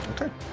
Okay